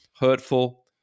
hurtful